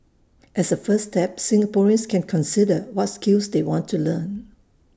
as A first step Singaporeans can consider what skills they want to learn